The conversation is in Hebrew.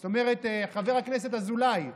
זאת אומרת חבר הכנסת אזולאי,